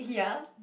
ya